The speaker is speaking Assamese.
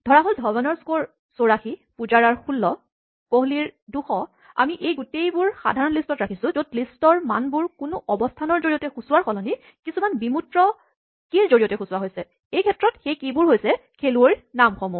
ধৰা হ'ল ধৱনৰ স্ক'ৰ ৮৪ পুজাৰাৰ ১৬ কোহলিৰ ২০০ আমি এই গোটেইবোৰ সাধাৰণ লিষ্টত ৰাখিছো য'ত লিষ্টৰ মানবোৰ কোনো অৱস্থানৰ জৰিয়তে সূচোৱাৰ সলনি কিছুমান বিমূৰ্ত কীচাবিৰ জৰিয়তে সূচোৱা হৈছে এইক্ষেত্ৰত সেই কী বোৰ হৈছে খেলুৱৈৰ নামসমূহ